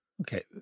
Okay